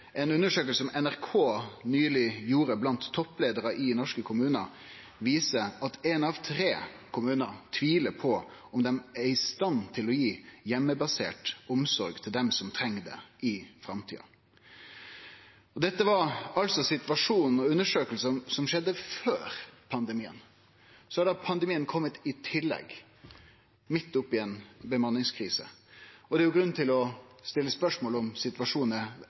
NRK nyleg gjorde blant toppleiarar i norske kommunar, viser at éin av tre kommunar tviler på om dei er i stand til å gi heimebasert omsorg til dei som treng det i framtida. Dette var altså situasjonen og undersøkingar som skjedde før pandemien. Så har pandemien kome i tillegg, midt oppe i ei bemanningskrise. Det er grunn til å stille spørsmål om situasjonen er